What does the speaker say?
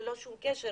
ללא כל קשר